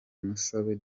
musabe